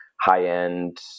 high-end